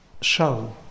show